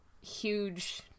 huge